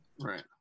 Right